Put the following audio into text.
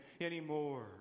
anymore